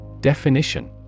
Definition